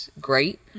great